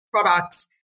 products